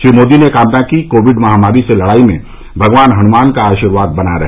श्री मोदी ने कामना की कि कोविड महामारी से लड़ाई में भगवान हनुमान का आशीर्वाद बना रहे